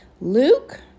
Luke